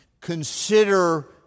Consider